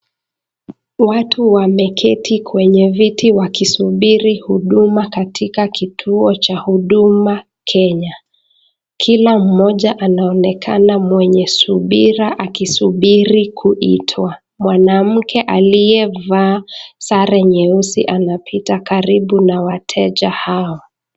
Watu wameketi kwenye viti wakisubiri huduma katika kituo cha huduma Kenya. Kila mmoja anaonekana mwenye subira akisubiri kuitwa. Mwanamke aliyevaa sare nyeusi anapita karibu na wateja hawa.